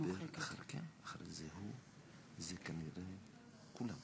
גברתי היושבת-ראש, חברי חברי הכנסת, קודם כול,